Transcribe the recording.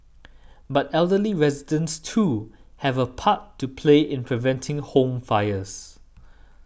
but elderly residents too have a part to play in preventing home fires